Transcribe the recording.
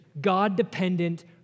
God-dependent